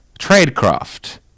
tradecraft